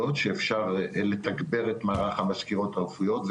שאפשר לתגבר את מערך המזכירות הרפואיות,